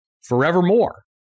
forevermore